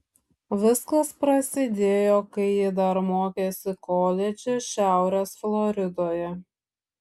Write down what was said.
viskas prasidėjo kai ji dar mokėsi koledže šiaurės floridoje